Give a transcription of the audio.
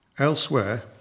Elsewhere